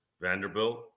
Vanderbilt